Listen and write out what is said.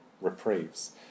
reprieves